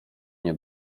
nie